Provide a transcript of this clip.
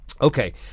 okay